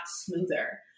smoother